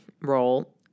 role